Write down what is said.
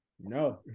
No